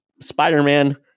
Spider-Man